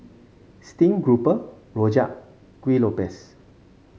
Steamed Grouper rojak Kuih Lopes